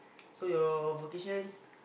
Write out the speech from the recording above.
so your vocation